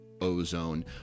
ozone